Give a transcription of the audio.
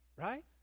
Right